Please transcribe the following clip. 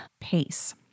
pace